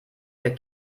für